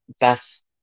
best